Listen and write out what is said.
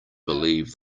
believe